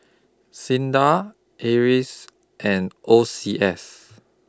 SINDA Acres and O C S